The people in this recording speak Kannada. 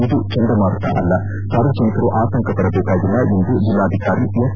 ಇದು ಚಂಡಮಾರುತ ಅಲ್ಲ ಸಾರ್ವಜನಿಕರು ಆತಂಕ ಪಡಬೇಕಾಗಿಲ್ಲ ಎಂದು ಜಿಲ್ಲಾಧಿಕಾರಿ ಎಸ್